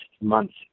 months